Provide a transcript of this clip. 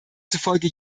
zufolge